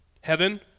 heaven